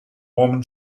woman